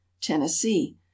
Tennessee